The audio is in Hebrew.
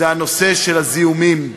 זה הנושא של הזיהומים,